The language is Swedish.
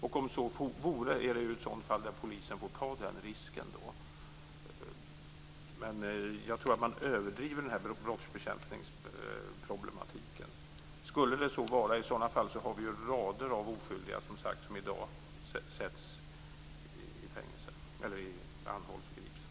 Även om så vore får polisen ta den risken, men jag tror att man överdriver brottsbekämpningsproblematiken. Skulle det så vara har vi rader av oskyldiga som i dag anhålls och grips.